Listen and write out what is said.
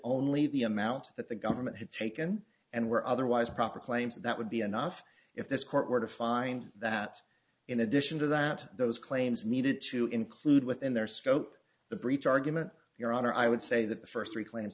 only the amount that the government had taken and were otherwise proper claims that would be enough if this court were to find that in addition to that those claims needed to include within their scope the breach argument your honor i would say that the first three cla